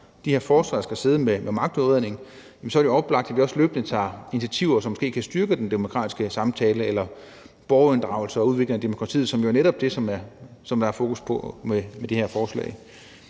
de her forskere, der skal sidde med magtudredningen, så er det oplagt, at vi også løbende tager initiativer, som måske kan styrke den demokratiske samtale eller borgerinddragelse og udviklingen af demokratiet, som netop er det, der er fokus på med det her forslag.